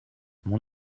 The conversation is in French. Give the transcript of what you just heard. mon